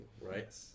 right